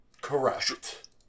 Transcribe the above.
Correct